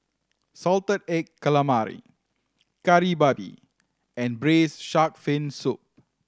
salted egg calamari Kari Babi and Braised Shark Fin Soup